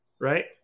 Right